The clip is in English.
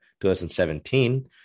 2017